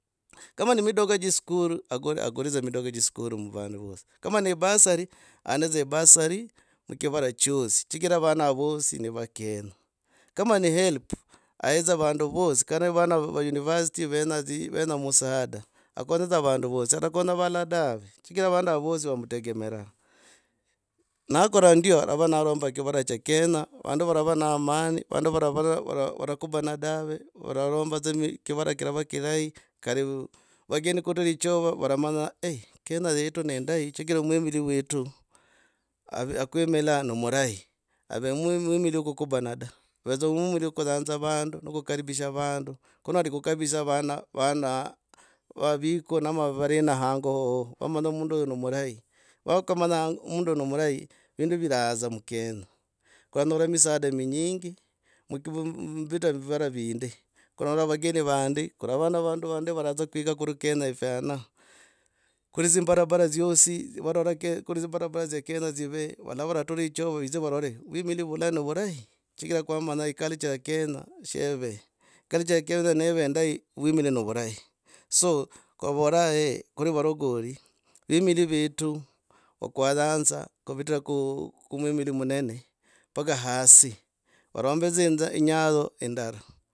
Kama ne midoga che iskulu, ag. agule dza midoga cha iskulu mubandu vosi. Kama ne bursary ane dze bursary mukivala chosi chigira avana ava vosi ni wakenya. Kama ne helb ahe dza avandu vosi kana vana va university. Venya dzi. venaa musaada akonye dza vandu vosi. Atakonya valalala dave chingira vanda ama vosi wamutegemeraa. Nakora ndio alava nanomba kivala cha kenya, vandu valava na amani, vandu valava valagubana dave, vararomba dza kivala kilava kirai. Kari vageni kutula echoo valamanya kenya yetu neindahi chigira mwivuli wetu. ave, akwimilila nomulahi. Ave mwimiri wo, kugubana da, ave za mwimiri wo kuyanza vandu no kukaribisha vandu kunadi ku kabisa vana. Vanadium vaviko na varina hango wowo wamanya mundu huyo nomulahi. Wakamanya mundu huyo nomulahi vindu viral dza mulenya. kuranyora misaada minyingi mumbita vivala vindi. Kurarora vageni vandi. Kurava na vandu vandi varadza kwika kuri kenya ifwana. kuli nzi mbarabara dzyosi, valladolid. kuli nzimbarabara dzya kenya dzive. Valava vaturicho vidzi varore. Vwimili vula no vurahi chigira kwamanya eculture ya kenya sheve. Eculture ya kenya neve indayi vwimili novulahi. So ovola he guli valokoli. vemili vetu vwokwanyanza kuuita ku mwimili munene mpaka hasi varombe. tsi, inyanzo indala.